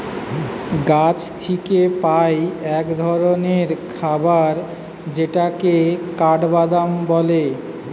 গাছ থিকে পাই এক ধরণের খাবার যেটাকে কাঠবাদাম বলে